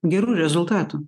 gerų rezultatų